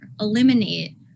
eliminate